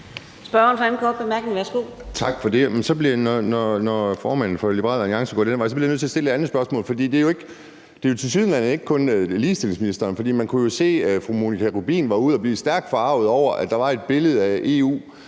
Edberg Andersen (DD): Tak for det. Når formanden for Liberal Alliance går den vej, bliver jeg nødt til at stille et andet spørgsmål. For det er tilsyneladende ikke kun ligestillingsministeren. Man kunne jo se, at fru Monika Rubin var ude at blive stærkt forarget over, at der var et billede af